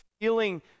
feeling